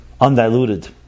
undiluted